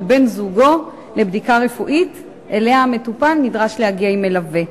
בן-זוגו לבדיקה רפואית שאליה המטופל נדרש להגיע עם מלווה.